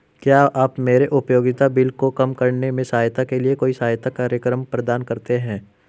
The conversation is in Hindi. क्या आप मेरे उपयोगिता बिल को कम करने में सहायता के लिए कोई सहायता कार्यक्रम प्रदान करते हैं?